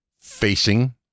Facing